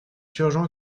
urgent